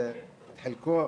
את חלקו,